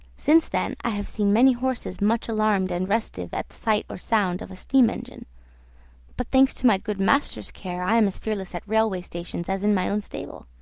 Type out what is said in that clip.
since then i have seen many horses much alarmed and restive at the sight or sound of a steam engine but thanks to my good master's care, i am as fearless at railway stations as in my own stable.